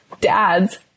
dads